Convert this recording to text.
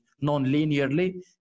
non-linearly